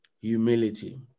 Humility